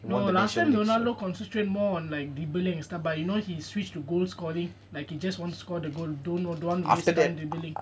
no last time ronaldo concentrate more on like dribbling and stuff but you know he switch to goalscoring like he just want to score the goal don't don't want to waste time dribbling